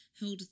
held